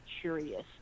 curious